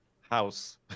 House